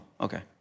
okay